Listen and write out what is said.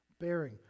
bearing